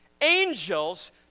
angels